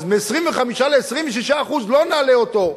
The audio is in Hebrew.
אז מ-25% ל-26% לא נעלה אותו.